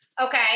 Okay